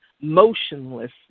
motionless